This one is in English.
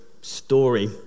story